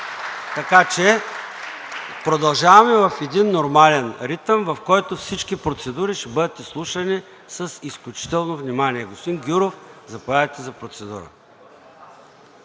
Продължаваме в един нормален ритъм, в който всички процедури ще бъдат изслушани с изключително внимание. Господин Гюров, заповядайте за процедура.